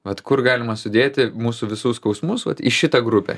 vat kur galima sudėti mūsų visų skausmus vat į šitą grupę